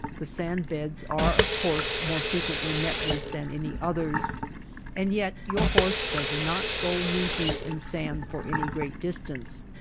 the sand-beds are, of course, more frequently met with than any others and yet your horse does not go knee-deep in sand for any great distance.